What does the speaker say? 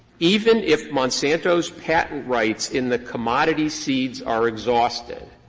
even if monsanto's patent rights in the commodity seeds are exhausted,